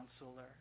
counselor